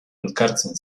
elkartzen